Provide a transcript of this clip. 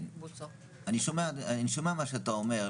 אני שומע מה שאתה אומר,